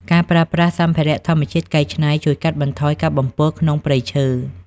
ការប្រើប្រាស់សម្ភារៈធម្មជាតិកែច្នៃ ជួយកាត់បន្ថយការបំពុលក្នុងព្រៃឈើ។